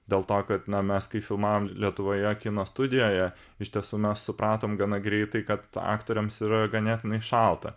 dėl to kad na mes kai filmavom lietuvoje kino studijoje iš tiesų mes supratom gana greitai kad aktoriams yra ganėtinai šalta